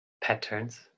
patterns